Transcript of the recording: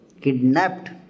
kidnapped